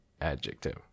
adjective